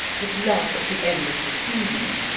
but love at the end of the season,